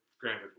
Granted